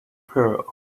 pearl